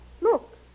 look